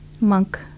monk